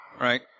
Right